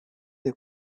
they